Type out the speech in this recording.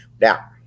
Now